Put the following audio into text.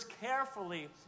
carefully